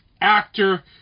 actor